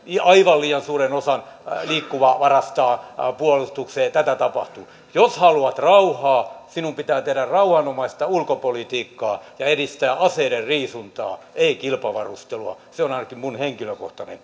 aivan liian suuren osan liikkumavarastaan puolustukseen tätä tapahtuu jos haluat rauhaa sinun pitää tehdä rauhanomaista ulkopolitiikkaa ja edistää aseidenriisuntaa ei kilpavarustelua se on ainakin minun henkilökohtainen